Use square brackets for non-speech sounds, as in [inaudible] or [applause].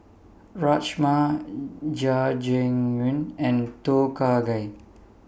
Rajma [hesitation] Jajangmyeon and Tom Kha Gai